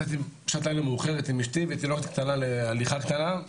יצאתי בשעה מאוחרת עם אשתי ותינוקת קטנה להליכה קטנה,